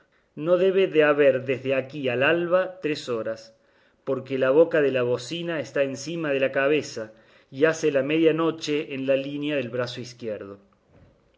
no debe de haber desde aquí al alba tres horas porque la boca de la bocina está encima de la cabeza y hace la media noche en la línea del brazo izquierdo